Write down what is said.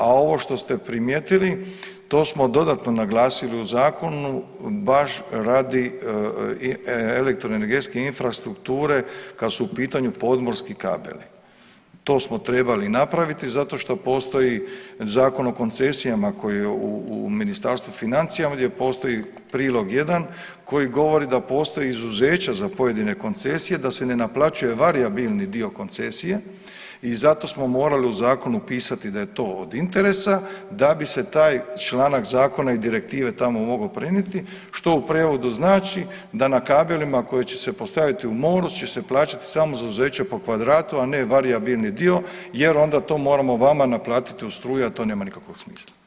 A ovo što ste primijetili, to smo dodatno naglasili u zakonu baš radi elektroenergetske infrastrukture kad su u pitanju podmorski kabeli, to smo trebali napraviti zato što postoji Zakon o koncesijama koji je u Ministarstvu financija gdje postoji prilog jedan, koji govori da postoji izuzeća za pojedine koncesije da se ne naplaćuje varijabilni dio koncesije i zato smo morali u zakonu pisati da je to od interesa da bi se taj članak zakona i direktive tamo mogao prenijeti, što u prijevodu znači da na kabelima koji će se postaviti u moru će se plaćati samo zauzeće po kvadratu, a ne varijabilni dio jer onda to moramo vama naplatiti u struji, a to nema nikakvog smisla.